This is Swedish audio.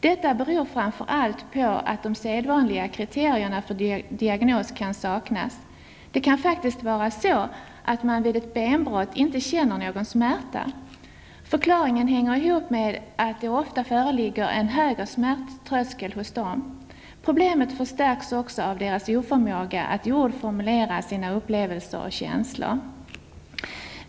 Detta beror framför allt på att de sedvanliga kriterierna för diagnos kan saknas. Det kan faktiskt vara så att man vid ett benbrott inte känner någon smärta. Förklaringen hänger ihop med att det ofta föreligger en högre smärttröskel hos dem. Problemet förstärks också av deras oförmåga att i ord formulera sina upplevelser och känslor.